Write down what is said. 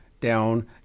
down